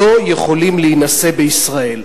לא יכולים להינשא בישראל.